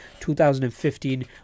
2015